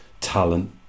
talent